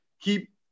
keep